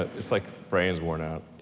it's like, brain's worn out,